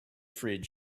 fridge